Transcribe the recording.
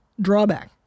drawback